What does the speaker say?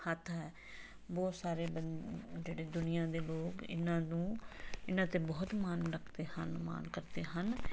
ਹੱਥ ਹੈ ਬਹੁਤ ਸਾਰੇ ਬੰਦ ਜਿਹੜੇ ਦੁਨੀਆ ਦੇ ਲੋਕ ਇਹਨਾਂ ਨੂੰ ਇਹਨਾਂ 'ਤੇ ਬਹੁਤ ਮਾਣ ਰੱਖਦੇ ਹਨ ਮਾਣ ਕਰਦੇ ਹਨ